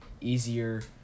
easier